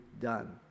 done